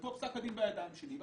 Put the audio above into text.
ופסק הדין בידיים שלי,